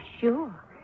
sure